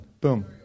boom